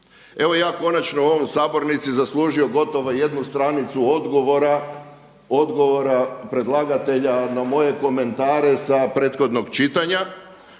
Evo ja konačno u ovoj sabornici zaslužio gotovo jednu stranicu odgovora predlagatelja na moje komentare sa prethodnog čitanja.